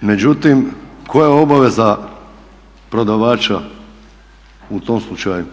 Međutim, koja je obaveza prodavača u tom slučaju?